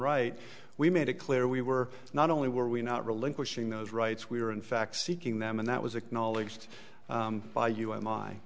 right we made it clear we were not only were we not relinquishing those rights we were in fact seeking them and that was acknowledged by you a